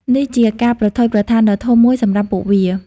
នេះជាការប្រថុយប្រថានដ៏ធំមួយសម្រាប់ពួកវា។